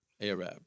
ARAB